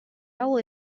hau